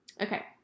Okay